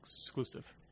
exclusive